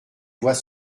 voie